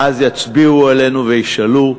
ואז יצביעו עלינו וישאלו,